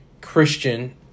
Christian